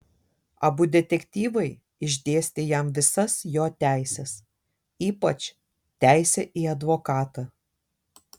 abu detektyvai išdėstė jam visas jo teises ypač teisę į advokatą